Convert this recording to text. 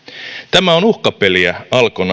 tämä on uhkapeliä alkon